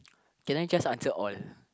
can I just answer all